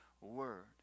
word